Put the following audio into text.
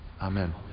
Amen